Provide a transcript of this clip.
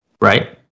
right